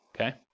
okay